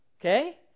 Okay